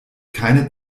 keine